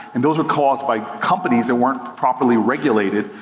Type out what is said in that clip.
and those were caused by companies that weren't properly regulated,